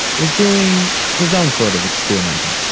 was doing his own sort of experimenting.